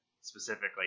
specifically